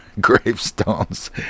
gravestones